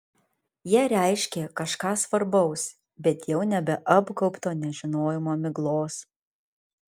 jie reiškė kažką svarbaus bet jau nebeapgaubto nežinojimo miglos